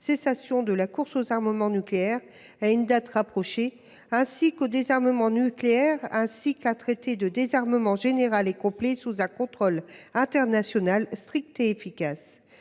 cessation de la course aux armements nucléaires à une date rapprochée et au désarmement nucléaire et sur un traité de désarmement général et complet sous un contrôle international strict et efficace.